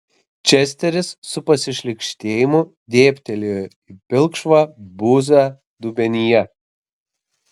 česteris su pasišlykštėjimu dėbtelėjo į pilkšvą buzą dubenyje